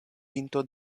pinto